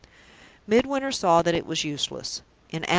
midwinter saw that it was useless.